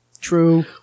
True